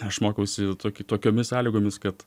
aš mokiausi tokį tokiomis sąlygomis kad